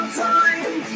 time